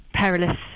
perilous